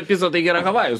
pica taigi yra havajų